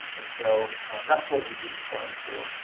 and so that's what we use the splines for,